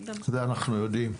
זה אנחנו יודעים.